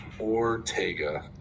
Ortega